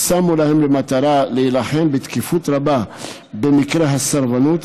שמו להם למטרה להילחם בתקיפות רבה במקרי הסרבנות,